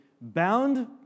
bound